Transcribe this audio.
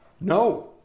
No